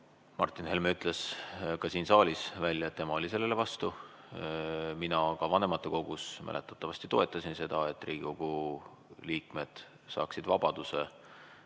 Martin Helme ütles ka siin saalis välja, et tema oli sellele vastu. Mina aga vanematekogus mäletatavasti toetasin seda, et Riigikogu liikmed saaksid vabaduse